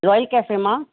royal Cafe मां